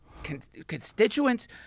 Constituents